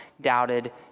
doubted